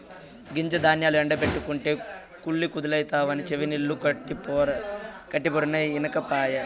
గింజ ధాన్యాల్ల ఎండ బెట్టకుంటే కుళ్ళి కుదేలైతవని చెవినిల్లు కట్టిపోరినా ఇనకపాయె